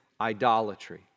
idolatry